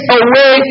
away